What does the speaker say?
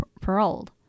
paroled